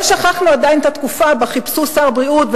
לא שכחנו עדיין את התקופה שבה חיפשו שר בריאות,